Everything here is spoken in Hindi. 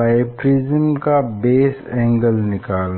बाईप्रिज्म का बेस एंगल निकालना